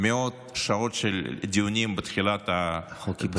מאות שעות של דיונים בתחילת החוק.